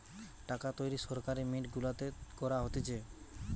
টাকা তৈরী সরকারি মিন্ট গুলাতে করা হতিছে